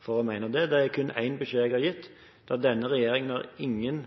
for å mene det. Det er kun én beskjed jeg har gitt: Denne regjeringen har ingen